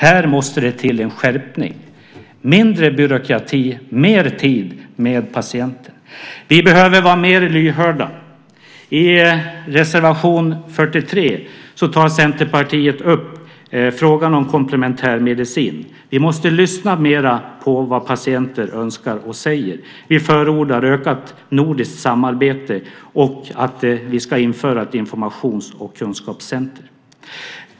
Här måste det till en skärpning - mindre byråkrati, mer tid med patienter. Vi behöver vara mer lyhörda. I reservation 43 tar Centerpartiet upp frågan om komplementär medicin. Vi måste lyssna mera på vad patienter önskar och säger. Vi förordar ökat nordiskt samarbete och införande av ett informations och kunskapscenter.